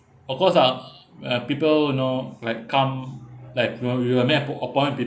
of course ah uh people you know like come like you know we will make uh book appointment with people